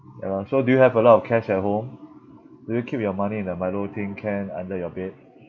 ya lor so do you have a lot of cash at home do you keep your money in a milo tin can under your bed